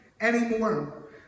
anymore